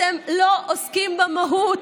אתם לא עוסקים במהות.